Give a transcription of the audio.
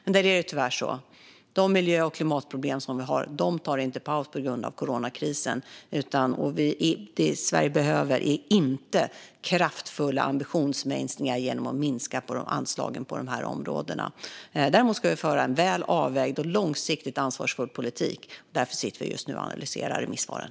Det är dock tyvärr så att de miljö och klimatproblem som vi har inte tar paus på grund av coronakrisen. Det Sverige behöver är inte kraftfulla ambitionsminskningar genom minskade anslag på dessa områden. Däremot ska vi föra en väl avvägd och långsiktigt ansvarsfull politik, och därför sitter vi just nu och analyserar remissvaren.